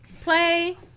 play